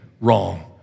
wrong